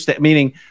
meaning